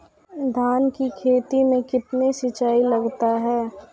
धान की खेती मे कितने सिंचाई लगता है?